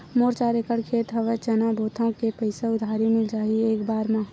मोर चार एकड़ खेत हवे चना बोथव के पईसा उधारी मिल जाही एक बार मा?